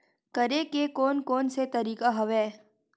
करे के कोन कोन से तरीका हवय?